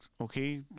okay